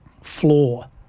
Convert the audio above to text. floor